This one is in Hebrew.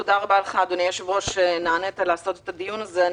תודה רבה לך אדוני היושב-ראש שנענית לעשות את הדיון הזה.